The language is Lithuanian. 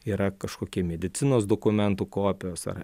yra kažkokie medicinos dokumentų kopijos ar